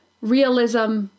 realism